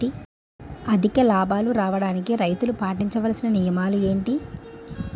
అధిక లాభాలు రావడానికి రైతులు పాటించవలిసిన నియమాలు ఏంటి